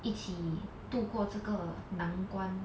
一起度过这个难关